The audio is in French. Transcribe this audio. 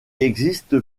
existe